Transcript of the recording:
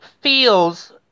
feels